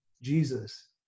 Jesus